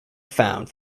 found